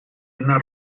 una